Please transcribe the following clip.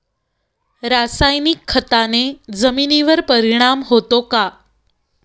रासायनिक खताने जमिनीवर परिणाम होतो का?